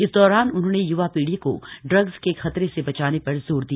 इस दौरान उन्होंने य्वा पीढ़ी को ड्रग्स के खतरे से बचाने पर जोर दिया